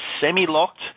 semi-locked